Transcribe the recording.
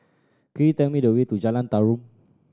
could you tell me the way to Jalan Tarum